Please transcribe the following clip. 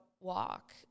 walk